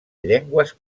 llengües